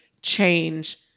change